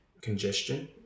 congestion